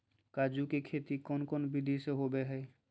काजू के खेती कौन कौन विधि से होबो हय?